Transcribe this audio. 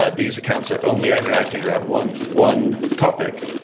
ah these accounts are only interacting around one one topic.